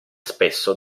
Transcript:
spesso